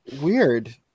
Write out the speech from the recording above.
weird